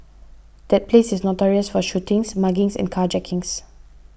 that place is notorious for shootings muggings and carjackings